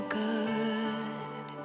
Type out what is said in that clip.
good